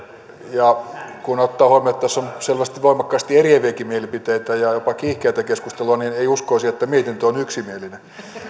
kun ottaa huomioon että tässä on selvästi voimakkaasti eriäviäkin mielipiteitä ja jopa kiihkeätä keskustelua niin ei uskoisi että mietintö on yksimielinen